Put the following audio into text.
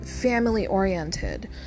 family-oriented